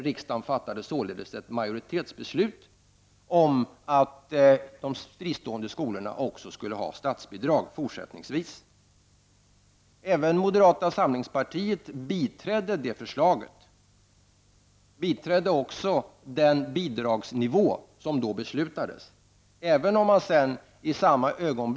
Riksdagen fattade således ett majoritetsbeslut om att de fristående skolorna också fortsättningsvis skulle få statsbidrag. Även moderata samlingspartiet biträdde det förslaget och den bidragsnivå som beslutades.